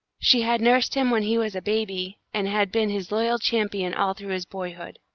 she had nursed him when he was a baby, and had been his loyal champion all through his boyhood.